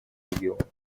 региона